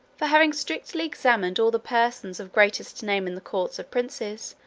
for having strictly examined all the persons of greatest name in the courts of princes,